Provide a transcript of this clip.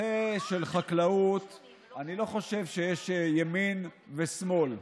בנושא של חקלאות אני לא חושב שיש ימין ושמאל.